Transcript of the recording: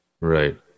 Right